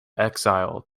exile